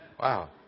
Wow